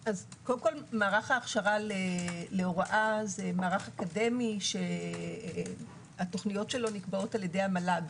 מערך ההכשרה להוראה זה מערך אקדמי שהתוכניות שלו נקבעות על-ידי המל"ג.